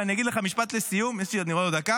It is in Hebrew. ואני אגיד לך משפט לסיום, יש לי עוד דקה.